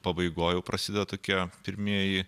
pabaigoj jau prasideda tokie pirmieji